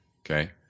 Okay